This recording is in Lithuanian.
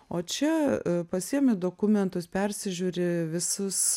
o čia pasiimi dokumentus persižiūri visus